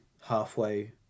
halfway